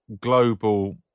global